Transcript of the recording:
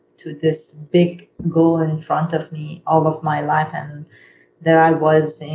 to this big goal in front of me all of my life and there i was